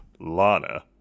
Lana